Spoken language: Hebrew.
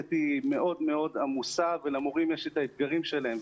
המערכת היא מאוד מאוד עמוסה ולמורים יש את האתגרים שלהם.